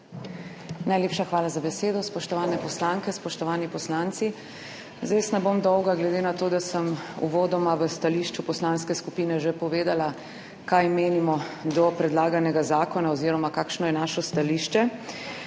Najlepša hvala za besedo. Spoštovane poslanke, spoštovani poslanci! Jaz zdaj ne bom dolga, glede na to, da sem uvodoma v stališču poslanske skupine že povedala, kaj menimo o predlaganem zakonu oziroma kakšno je naše stališče,